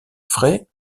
frais